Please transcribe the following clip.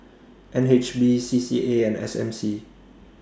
N H B C C A and S M C